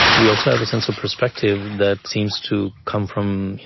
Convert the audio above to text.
we also have a sense of perspective that seems to come from, you